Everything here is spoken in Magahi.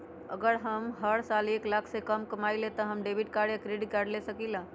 अगर हम हर साल एक लाख से कम कमावईले त का हम डेबिट कार्ड या क्रेडिट कार्ड ले सकीला?